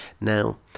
Now